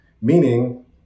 meaning